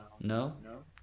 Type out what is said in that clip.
No